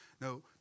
No